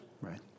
right